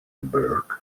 berg